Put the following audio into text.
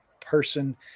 person